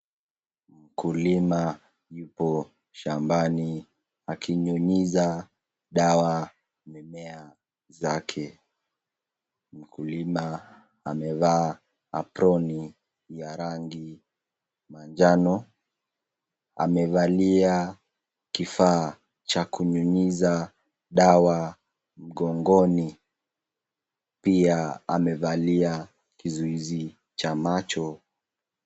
Mkulima yupo shambani akinyunyiza dawa mimea zake, mkulima amevaa aproni ya rangi manjano, amevalia kifaa cha kunyunyiza dawa mgongoni pia amevalia kizuizi cha macho.